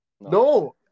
No